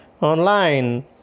online